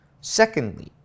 Secondly